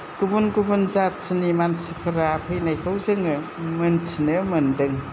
गुबुन गुबुन जाथिनि मानसिफोरा फैनायखौ जोङो मिन्थिनो मोनदों